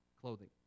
clothing